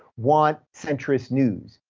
want centrist news.